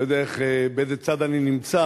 אני לא יודע באיזה צד אני נמצא,